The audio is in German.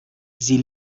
sie